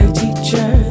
teacher